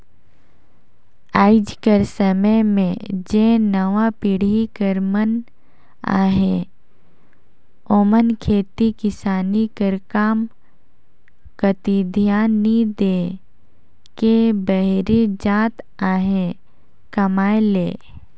आएज कर समे में जेन नावा पीढ़ी कर मन अहें ओमन खेती किसानी कर काम कती धियान नी दे के बाहिरे जात अहें कमाए ले